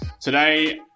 Today